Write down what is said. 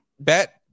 bet